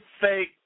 fake